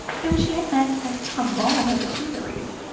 whom she had met at a ball at the tuileries,